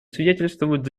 свидетельствуют